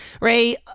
Ray